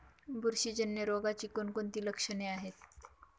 बुरशीजन्य रोगाची कोणकोणती लक्षणे आहेत?